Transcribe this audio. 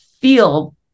feel